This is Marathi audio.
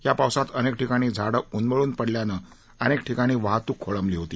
या पावसात अनेक ठिकाणी झाडं उन्मळून पडल्यानं अनेक ठिकाणी वाहतुक खोळंबली होती